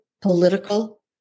political